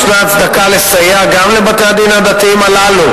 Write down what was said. יש הצדקה לסייע גם לבתי-הדין הדתיים הללו